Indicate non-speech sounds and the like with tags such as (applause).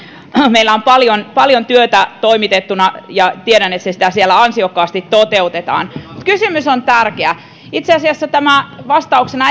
meillä on paljon paljon työtä toimitettavana ja tiedän että sitä siellä ansiokkaasti toteutetaan mutta kysymys on tärkeä itse asiassa tämä ei vastauksena (unintelligible)